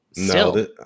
No